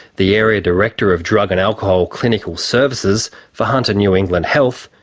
the area director of drug and alcohol clinical services for hunter new england health,